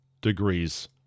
degrees